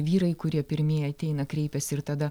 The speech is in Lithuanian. vyrai kurie pirmi ateina kreipiasi ir tada